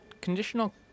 conditional